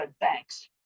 thanks